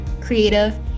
creative